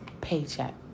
paycheck